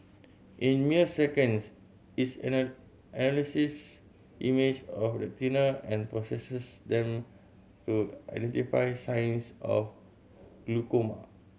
in mere seconds it analyses image of retina and processes them to identify signs of glaucoma